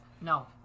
no